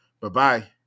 Bye-bye